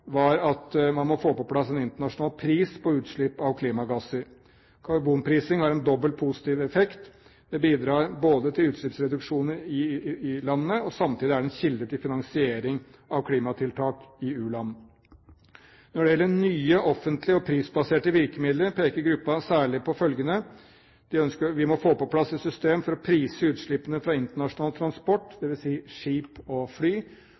var at man må få på plass en internasjonal pris på utslipp av klimagasser. Karbonprising har en dobbel positiv effekt. Det bidrar både til utslippsreduksjoner i landet, og samtidig er det en kilde til finansiering av klimatiltak i u-land. Når det gjelder nye, offentlige og prisbaserte virkemidler, peker gruppen særlig på følgende: Vi må få på plass et system for å prise utslippene fra internasjonal transport, dvs. skip og fly,